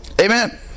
Amen